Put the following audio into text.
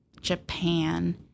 Japan